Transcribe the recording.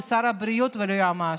לשר הבריאות וליועמ"ש,